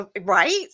Right